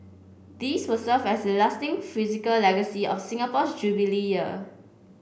these will serve as a lasting physical legacy of Singapore's Jubilee Year